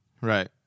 Right